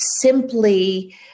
simply